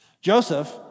Joseph